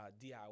DIY